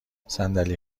صندلی